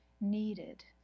needed